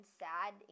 sad